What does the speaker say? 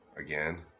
Again